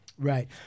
Right